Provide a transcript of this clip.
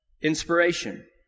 Inspiration